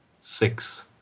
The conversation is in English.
six